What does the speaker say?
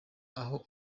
aho